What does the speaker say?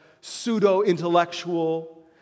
pseudo-intellectual